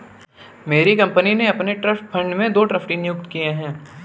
मेरी कंपनी ने अपने ट्रस्ट फण्ड में दो ट्रस्टी नियुक्त किये है